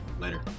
later